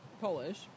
Polish